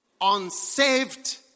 Unsaved